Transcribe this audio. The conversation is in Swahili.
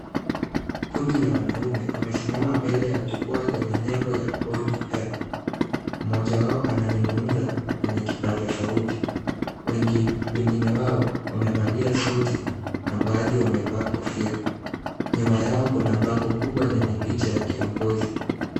Kundi la wanaume wamesimama mbele ya jukwaa lenye nembo ya ODM. Mmoja wao anazungumza kwenye kipaza sauti, wengine wao wamevalia suti na baadhi wamevaa kofia. Nyuma yao kuna bango kubwa lenye picha ya kiongozi.